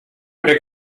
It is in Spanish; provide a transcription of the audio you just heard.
pre